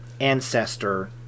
ancestor